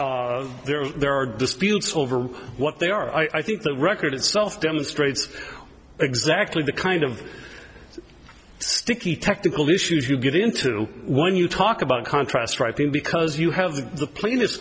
there are there are disputes over what they are i think the record itself demonstrates exactly the kind of sticky technical issues you get into when you talk about contrast writing because you have the the plane